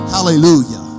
Hallelujah